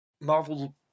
Marvel